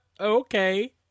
Okay